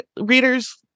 readers